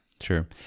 Sure